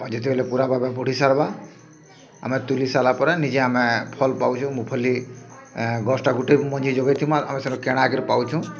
ଯେତେବେଳ ପୁରା ବାଦାମ୍ ବଢ଼ି ସାର୍ବା ଆମେ ତୁଲି ସାରିଲା ପରେ ନିଜେ ଆମେ ଫଲ୍ ପାଉଛୁ ମୁଁଫଲି ଗଜ୍ଟା ଗୁଟେ୍ ମଞ୍ଜି ଯୋଗେଇ ଥିବାର୍ ଆମେ ସେଟା କେଣା କରି ପାଉଛୁ